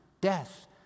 death